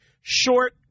Short